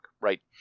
Right